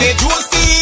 juicy